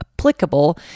applicable